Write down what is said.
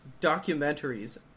documentaries